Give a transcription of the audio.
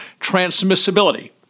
Transmissibility